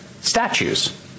statues